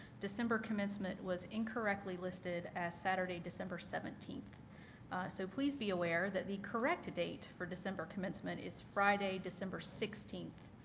december commencement was incorrectly listed as saturday, december seventeenth so please be aware that the correct date for december commencement is friday, december sixteenth,